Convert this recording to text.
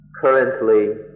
currently